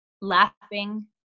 laughing